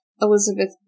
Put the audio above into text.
Elizabeth